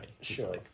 Sure